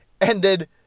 ended